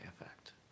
effect